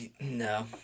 No